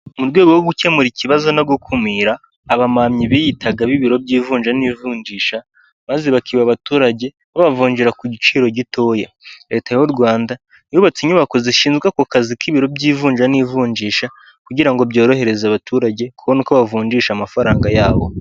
Mu rwego rwo gukemura ikibazo no gukumira abamamyi biyitaga ab'ibiro by' ivunja n'ivunjisha maze bakiba abaturage babavunjira ku giciro gitoya, leta y'u Rwanda yubatse inyubako zishinzwe ako kazi k'ibiro by'ivunja n'ivunjisha kugira ngo byorohereze abaturage kubona uko bavunjisha amafaranga yabo.